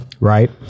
Right